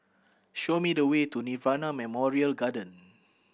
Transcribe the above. show me the way to Nirvana Memorial Garden